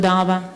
תודה רבה.